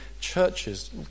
churches